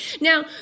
Now